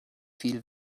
viel